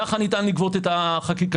כך ניתן לגבות את החקיקה.